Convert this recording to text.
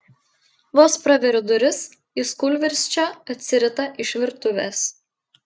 vos praveriu duris jis kūlvirsčia atsirita iš virtuvės